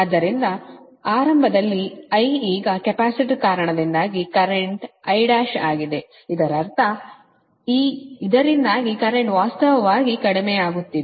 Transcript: ಆದ್ದರಿಂದ ಆರಂಭದಲ್ಲಿ I ಈಗ ಕೆಪಾಸಿಟರ್ ಕಾರಣದಿಂದಾಗಿ ಕರೆಂಟ್ I1 ಆಗಿದೆ ಇದರರ್ಥ ಈ ಇದರಿಂದಾಗಿ ಕರೆಂಟ್ವು ವಾಸ್ತವವಾಗಿ ಕಡಿಮೆಯಾಗುತ್ತಿದೆ